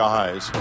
eyes